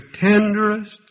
tenderest